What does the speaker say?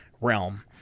realm